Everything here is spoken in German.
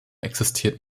existiert